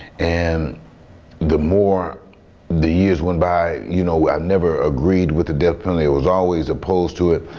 and the more the years went by you know, i've never agreed with the death penalty i was always opposed to it.